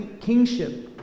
kingship